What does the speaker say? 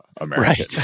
right